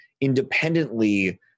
independently